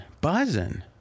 Buzzing